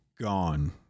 gone